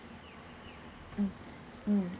mm mm